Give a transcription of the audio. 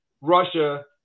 russia